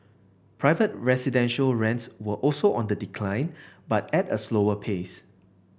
private residential rents were also on the decline but at a slower pace